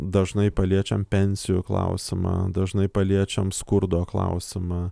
dažnai paliečiam pensijų klausimą dažnai paliečiam skurdo klausimą